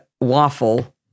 waffle